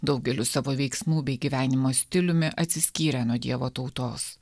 daugeliu savo veiksmų bei gyvenimo stiliumi atsiskyrę nuo dievo tautos